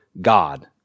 God